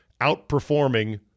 outperforming